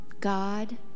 God